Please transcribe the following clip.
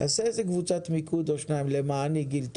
תעשה קבוצת מיקוד אחת או שתיים למעני, גיל.